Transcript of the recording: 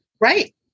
Right